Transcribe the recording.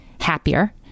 happier